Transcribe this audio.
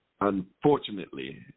unfortunately